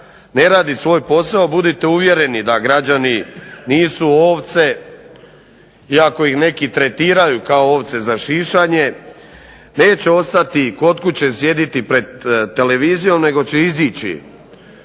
ne radi svoj postao, budite uvjereni da građani nisu ovce iako ih neki tretiraju kao ovce za šišanje, neće ostati sjediti kod kuće pred televizijom nego će izići